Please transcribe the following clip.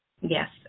Yes